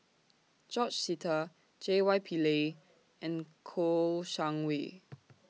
George Sita J Y Pillay and Kouo Shang Wei